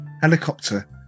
helicopter